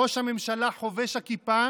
ראש הממשלה חובש הכיפה